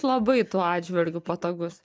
labai tuo atžvilgiu patogus